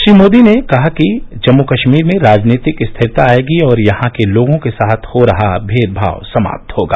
श्री मोदी ने कहा कि जम्मू कश्मीर में राजनीतिक स्थिरता आयेगी और यहां के लोगों के साथ हो रहा भेदभाव समाप्त होगा